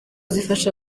zifasha